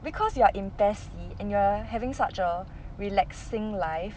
because you are PES C and you are having such a relaxing life